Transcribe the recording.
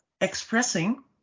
expressing